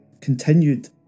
continued